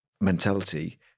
mentality